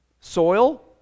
soil